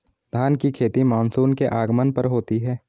धान की खेती मानसून के आगमन पर होती है